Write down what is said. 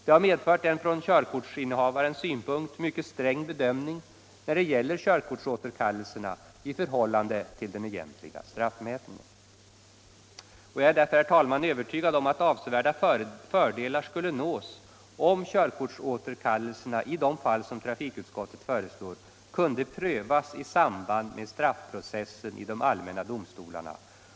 Det har medfört en från körkortsinnehavarens synpunkt mycket sträng bedömning när det gäller körkortsåterkallelserna i förhållande till den egentliga straffmätningen. Jag är därför, herr talman, övertygad om att avsevärda fördelar skulle nås om körkortsåterkallelserna i de fall som trafikutskottet föreslår kunde prövas i samband med straffprocessen i de allmänna domstolarna.